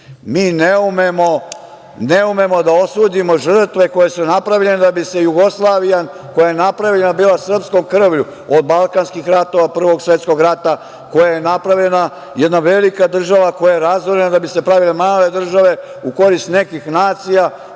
ne umemo da osudimo žrtve koje su napravljene, da bi se Jugoslavija koja je napravljena, bila srpskom krvlju od Balkanskih ratova, Prvog svetskog rata, koja je napravljena jedna velika država koja je razorena, da bi se pravile male države, u korist nekih nacija,